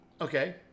Okay